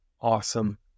awesome